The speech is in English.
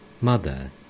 Mother